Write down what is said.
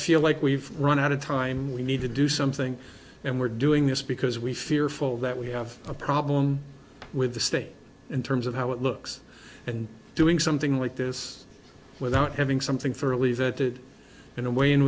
feel like we've run out of time we need to do something and we're doing this because we fearful that we have a problem with the state in terms of how it looks and doing something like this without having something fairly that in a way in